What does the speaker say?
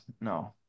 no